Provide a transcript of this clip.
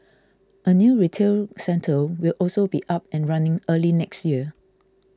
a new retail centre will also be up and running early next year